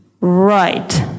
Right